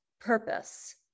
purpose